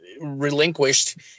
relinquished